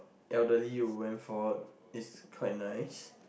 elderly will went for it's quite nice